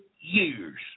years